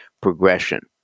progression